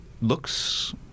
looks